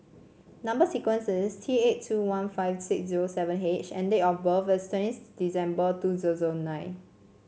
number sequence is T eight two one five six zero seven H and date of birth is twenty December two zero zero nine